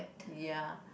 ya